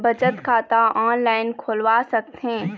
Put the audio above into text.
बचत खाता ऑनलाइन खोलवा सकथें?